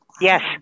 yes